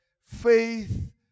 faith